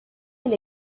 del